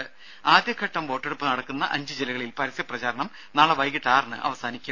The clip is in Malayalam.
ദര ആദ്യഘട്ടം വോട്ടെടുപ്പ് നടക്കുന്ന അഞ്ച് ജില്ലകളിൽ പരസ്യ പ്രചാരണം നാളെ വൈകീട്ട് ആറിന് അവസാനിക്കും